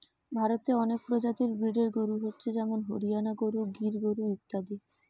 ভারতে অনেক প্রজাতির ব্রিডের গরু হচ্ছে যেমন হরিয়ানা গরু, গির গরু ইত্যাদি